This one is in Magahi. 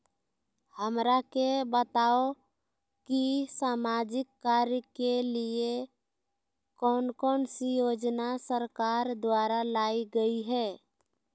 हमरा के बताओ कि सामाजिक कार्य के लिए कौन कौन सी योजना सरकार द्वारा लाई गई है?